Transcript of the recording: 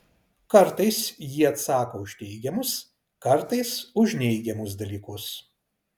kartais ji atsako už teigiamus kartais už neigiamus dalykus